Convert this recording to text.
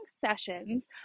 sessions